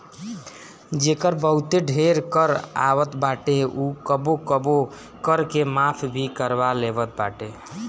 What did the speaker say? जेकर बहुते ढेर कर आवत बाटे उ कबो कबो कर के माफ़ भी करवा लेवत बाटे